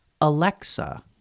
Alexa